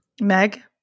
meg